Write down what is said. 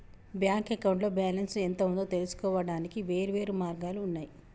bank అకౌంట్లో balance ఎంత ఉందో తెలుసుకోవడానికి వేర్వేరు మార్గాలు ఉన్నయి